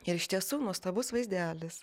ir iš tiesų nuostabus vaizdelis